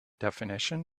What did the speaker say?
definition